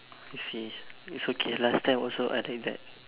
I see it's okay last time also I take that